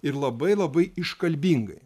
ir labai labai iškalbingai